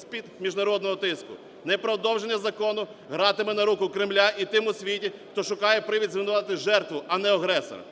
з-під міжнародного тиску. Непродовження закону гратиме на руку Кремля і тим у світі, хто шукає привід звинуватити жертву, а не агресора.